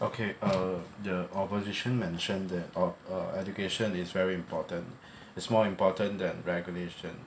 okay uh the opposition mentioned that oh uh education is very important is more important than regulation